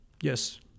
Yes